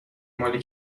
مال